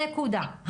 נקודה.